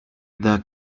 the